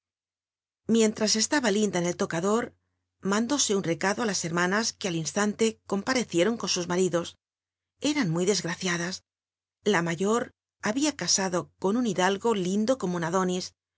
miéntra estaba linda en el tocador mandófe un recado á las hermanas que al instanlc comparecie ron con sus marido eran muy desgraciadas la mayor había ca ado con un hidalgo lindo como un